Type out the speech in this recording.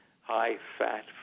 high-fat